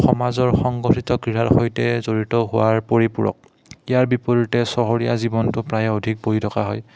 সমাজৰ সংগঠিত ক্ৰীড়াৰ সৈতে জড়িত হোৱাৰ পৰিপূৰক ইয়াৰ বিপৰীতে চহৰীয়া জীৱনটো প্ৰায়ে অধিক বহি থকা হয়